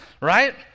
right